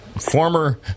former